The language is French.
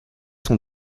sont